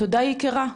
תודה יקירה,